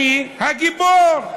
אני הגיבור.